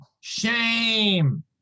Shame